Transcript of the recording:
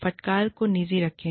फटकार को निजी रखें